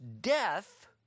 death